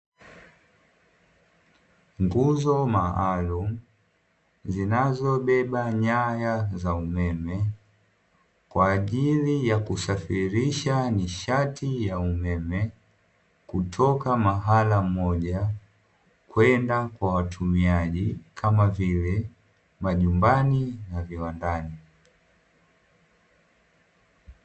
Nguzo maalum zinazobeba nyaya za umeme kwa ajili ya kusafirisha nishati ya umeme kutoka sehemu moja kwenda kwa watumiaji, kama vile majumbani na viwandani.